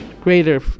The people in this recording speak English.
greater